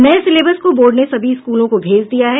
नये सिलेबस को बोर्ड ने सभी स्कूलों को भेज दिया है